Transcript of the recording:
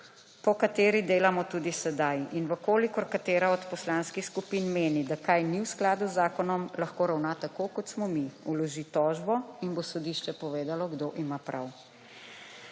po kateri delamo tudi sedaj in v kolikor katera od poslanskih skupin menim, da kaj ni v skladu z zakonom lahko ravna tako kot smo mi vloži tožbo in bo sodišče povedalo kdo ima prav.